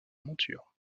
monture